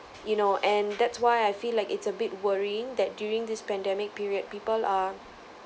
you know and that's why I feel like it's a bit worrying that during this pandemic period people are